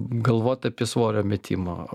galvot apie svorio metimą